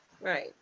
right